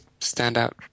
standout